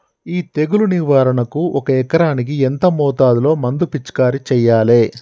ఈ తెగులు నివారణకు ఒక ఎకరానికి ఎంత మోతాదులో మందు పిచికారీ చెయ్యాలే?